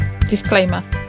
Disclaimer